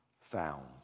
found